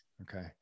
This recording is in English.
Okay